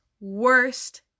worst